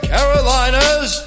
Carolinas